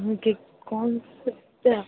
अहूँके कॉल कटि गेल